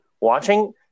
watching